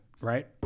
right